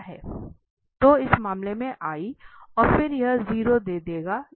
तो इस मामले में और फिर यह 0 दे देंगे